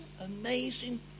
amazing